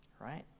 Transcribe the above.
Right